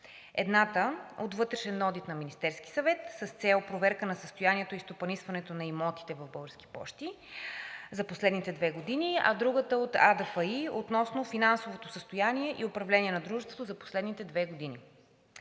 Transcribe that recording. Едната – от вътрешен одит на Министерския съвет с цел проверка на състоянието и стопанисването на имотите в „Български пощи“ ЕАД за последните две години, а другата – от АДФИ относно финансовото състояние и управление на дружеството за последните две години.